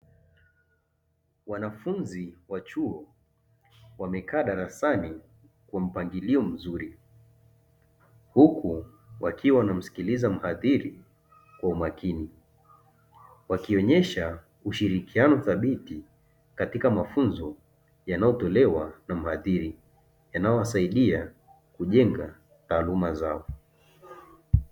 Wanafunzi wa chuo wamekaa darasani kwa mpangilio mzuri, huku wakiwa wanamsikiliza mhadhiri kwa umakini; wakionyesha ushirikiano thabiti katika mafunzo yanayotolewa na mhadhiri, yanayowasaidia kujenga taaluma zao.